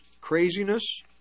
craziness